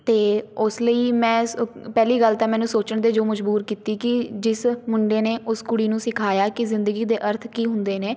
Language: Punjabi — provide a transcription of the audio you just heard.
ਅਤੇ ਉਸ ਲਈ ਮੈਂ ਸ ਪਹਿਲੀ ਗੱਲ ਤਾਂ ਮੈਨੂੰ ਸੋਚਣ 'ਤੇ ਜੋ ਮਜਬੂਰ ਕੀਤੀ ਕਿ ਜਿਸ ਮੁੰਡੇ ਨੇ ਉਸ ਕੁੜੀ ਨੂੰ ਸਿਖਾਇਆ ਕਿ ਜ਼ਿੰਦਗੀ ਦੇ ਅਰਥ ਕੀ ਹੁੰਦੇ ਨੇ